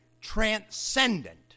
transcendent